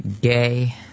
gay